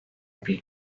bir